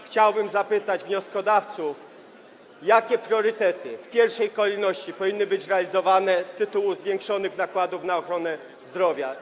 Chciałbym zapytać wnioskodawców, jakie priorytety w pierwszej kolejności powinny być zrealizowane z tytułu zwiększonych nakładów na ochronę zdrowia.